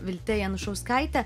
vilte janušauskaite